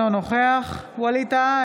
אינו נוכח ווליד טאהא,